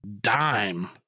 Dime